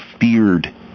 feared